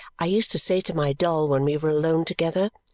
i used to say to my doll when we were alone together,